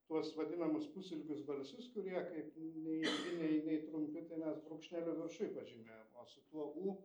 tuos vadinamus pusilgius balsius kurie kaip nei ilgi nei nei trumpi tai mes brūkšneliu viršuj pažymėjom o su tuo u